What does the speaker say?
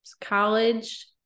college